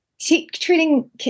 treating